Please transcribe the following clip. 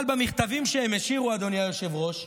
אבל במכתבים שהם השאירו, אדוני היושב-ראש,